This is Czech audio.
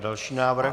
Další návrh.